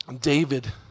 David